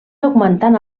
augmentant